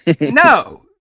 no